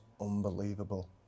unbelievable